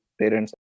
parents